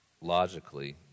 logically